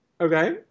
Okay